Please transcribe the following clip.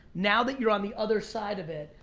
now that you're on the other side of it,